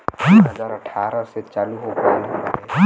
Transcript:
दू हज़ार अठारह से चालू हो गएल रहे